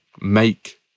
make